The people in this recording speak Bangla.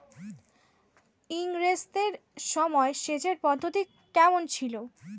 ইঙরেজদের সময় সেচের পদ্ধতি কমন ছিল?